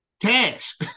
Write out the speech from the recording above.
Cash